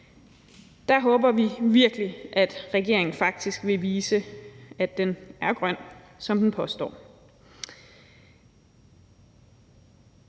Der håber vi virkelig, at regeringen faktisk vil vise, at den er grøn, sådan som den påstår.